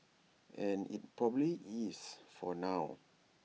and IT probably is for now